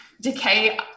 Decay